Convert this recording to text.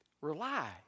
Rely